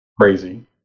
crazy